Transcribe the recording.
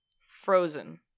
Frozen